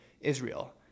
Israel